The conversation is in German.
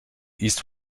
east